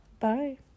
Bye